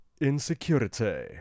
Insecurity